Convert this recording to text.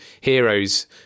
heroes